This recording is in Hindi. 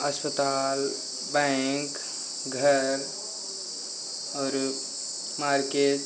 अस्पताल बैंक घर और मार्केट